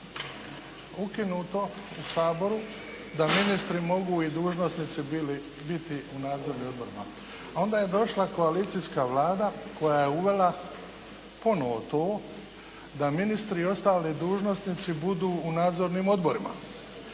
ukinuto u Saboru da ministri mogu i dužnosnici biti u nadzornim odborima, a onda je došla koalicijska Vlada koja je uvela ponovo to, da ministri i ostali dužnosnici budu u nadzornim odborima.